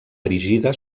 erigida